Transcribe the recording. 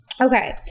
Okay